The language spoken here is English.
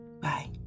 Bye